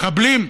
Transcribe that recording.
מחבלים.